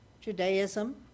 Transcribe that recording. Judaism